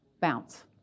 bounce